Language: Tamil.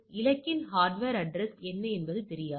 இலக்கின் ஹார்ட்வர் அட்ரஸ் என்ன என்பது தெரியாது